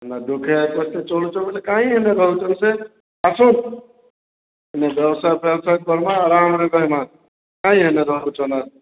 ହେନ୍ତା ଦୁଃଖେ କଷ୍ଟେ ଚଳୁଛ ବୋଇଲେ କାହିଁ ଏନ୍ତା ରହୁଚନ୍ ସେ ଆସୁନ୍ ଇନେ ବ୍ୟବସାୟ ଫ୍ୟବସାୟ କର୍ମା ଆରାମ୍ରେ ରହ୍ମା କାହିଁ ଏନ୍ତା ଭାବୁଛନ୍ ଆର୍